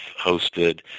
hosted